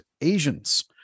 Asians